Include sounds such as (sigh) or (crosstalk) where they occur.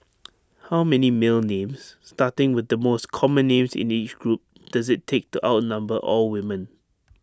(noise) how many male names starting with the most common names in each group does IT take to outnumber all women